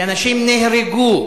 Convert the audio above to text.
כי אנשים נהרגו.